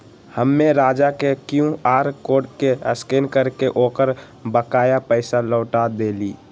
हम्मे राजा के Q R code के स्कैन करके ओकर बकाया पैसा लौटा देली